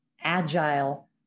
agile